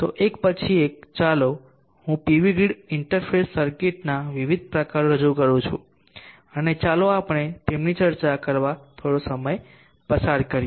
તો એક પછી એક ચાલો હું પીવી ગ્રીડ ઇંટરફેસ સર્કિટના વિવિધ પ્રકારો રજૂ કરું અને ચાલો આપણે તેમની ચર્ચા કરવા થોડો સમય પસાર કરીએ